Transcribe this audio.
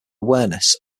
awareness